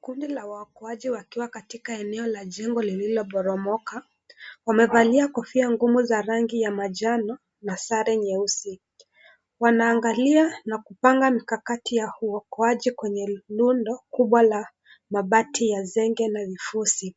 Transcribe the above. Kundi la qaokoaji wakiwa katika eneo la jengo lililoboromoka, wamevalia kofia ngumu za rangi ya manjano, na sare nyeusi, wanaangalia na kupanga mikakati ya uokoaji kwenye, rundo kubwa la mabati ya senge na vifusi,